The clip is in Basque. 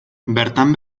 bertan